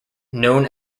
known